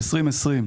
ב-2020,